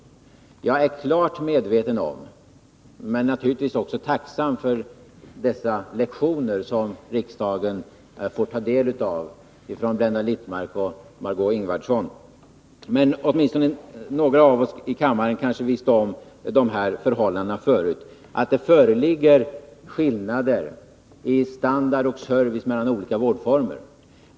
Jag är naturligtvis tacksam för de lektioner som riksdagen får av Blenda Littmarck och Margé6 Ingvardsson, men åtminstone några av oss här i kammaren vet sedan tidigare att det föreligger skillnader i standard och service mellan olika vårdformer.